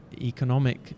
economic